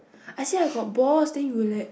I say I got balls then you would like